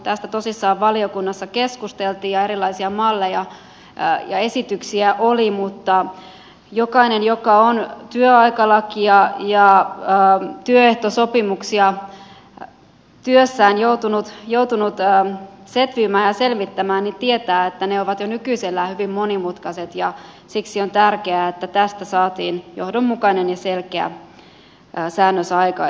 tästä tosissaan valiokunnassa keskusteltiin ja erilaisia malleja ja esityksiä oli mutta jokainen joka on työaikalakia ja työehtosopimuksia työssään joutunut setvimään ja selvittämään tietää että ne ovat jo nykyisellään hyvin monimutkaiset ja siksi on tärkeää että tästä saatiin johdonmukainen ja selkeä säännös aikaiseksi